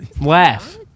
Laugh